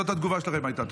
זאת התגובה שלכם הייתה.